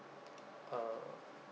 uh